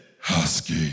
husky